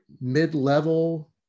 mid-level